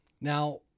Now